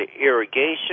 irrigation